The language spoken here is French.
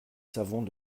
savons